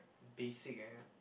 basic eh